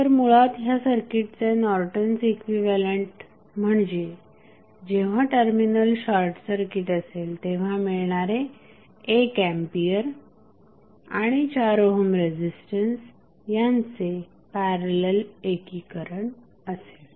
तर मुळात ह्या सर्किटचे नॉर्टन्स इक्विव्हॅलंट म्हणजे जेव्हा टर्मिनल शॉर्टसर्किट असेल तेव्हा मिळणारे 1 एंपियर आणि 4 ओहम रेझिस्टन्स यांचे पॅरलल एकीकरण असेल